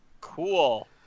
Cool